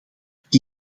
het